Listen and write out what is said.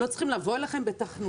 לא צריכים לבוא אליכם בתחנונים.